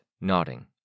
nodding